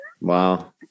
Wow